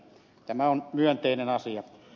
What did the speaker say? tämä on myönteinen asia